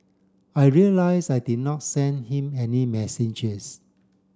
I realise I did not send him any messages